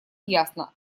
ясно